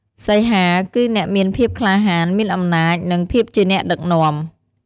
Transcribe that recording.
សីហា គឺអ្នកមានភាពក្លាហាន មានអំណាច និង ភាពជាអ្នកដឹកនាំ។